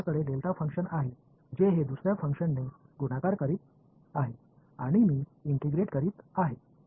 माझ्याकडे delta function आहे जे हे दुसर्या फंक्शनने गुणाकार करीत आहे आणि मी इंटिग्रेट करीत आहे